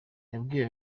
yabwiye